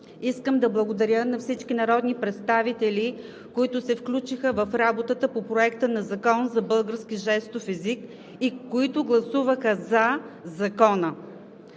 Искам да благодаря на всички народни представители, които се включиха в работата по Законопроекта за българския жестов език и които гласуваха за Закона.